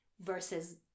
versus